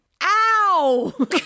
Ow